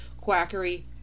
quackery